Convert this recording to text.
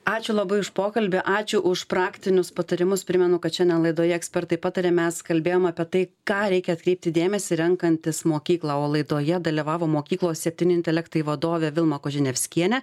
ačiū labai už pokalbį ačiū už praktinius patarimus primenu kad šiandien laidoje ekspertai pataria mes kalbėjom apie tai ką reikia atkreipti dėmesį renkantis mokyklą o laidoje dalyvavo mokyklos septyni intelektai vadovė vilma koženevskienė